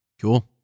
cool